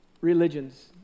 religions